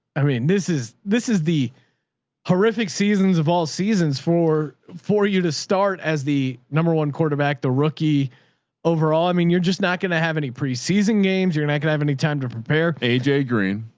i mean, this is, this is the horrific seasons of all seasons four for you to start as the number one quarterback, the rookie overall. i mean, you're just not going to have any preseason games. you're not going to have any time to prepare a j green.